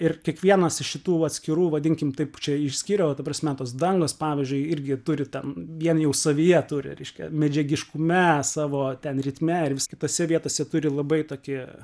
ir kiekvienas iš šitų atskirų vadinkim taip čia išskyriau ta prasme tos dangos pavyzdžiui irgi turi ten vien jau savyje reiškia medžiagiškume savo ten ritme ir vis kitose vietose turi labai tokį